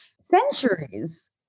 centuries